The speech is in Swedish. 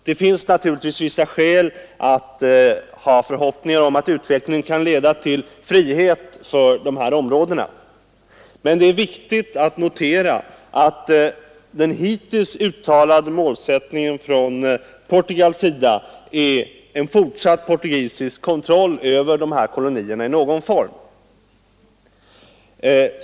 Det finns naturligtvis skäl att hysa förhoppningar om att utvecklingen kan leda till frihet för de här områdena, men det är viktigt att notera att den hittills uttalade målsättningen från Portugals sida är någon form av fortsatt portugisisk kontroll över kolonierna.